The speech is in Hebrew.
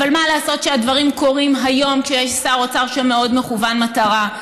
אבל מה לעשות שהדברים קורים היום כשיש שר אוצר שמאוד מכוון מטרה.